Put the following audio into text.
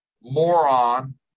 moron